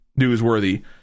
newsworthy